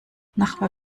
nachbar